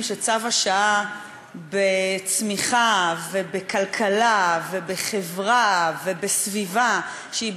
שצו השעה בצמיחה ובכלכלה ובחברה ובסביבה שהיא